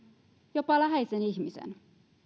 jopa läheisen ihmisen